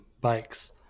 bikes